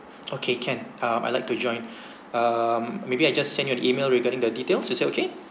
okay can um I like to join um maybe I just send you an email regarding the details is it okay